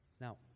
Now